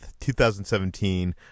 2017